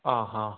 അതെ അതെ